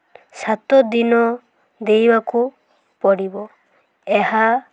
ସାତ ଦିନ ଦେଇବାକୁ ପଡ଼ିବ ଏହା